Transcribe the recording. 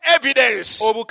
evidence